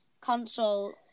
console